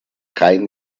rein